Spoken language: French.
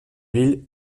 ville